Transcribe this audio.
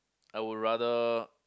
I would rather